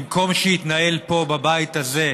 במקום שיתנהל פה, בבית הזה,